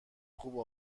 خوب